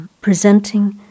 presenting